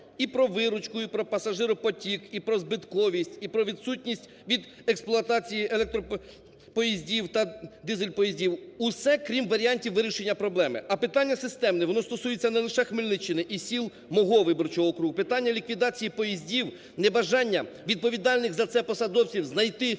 і про виручку, і про пасажиропотік, і про збитковість, і про відсутність від експлуатації електропоїздів та дизель-поїздів, – усе, крім варіантів вирішення проблеми. А питання системне, воно стосується не лише Хмельниччини і сіл мого виборчого округу. Питання ліквідації поїздів, небажання відповідальних за це посадовців знайти